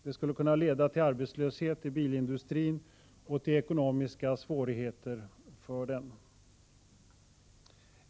Det skulle kunna skapa arbetslöshet i bilindustrin och ekonomiska svårigheter för den.